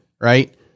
right